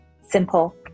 simple